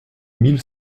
mille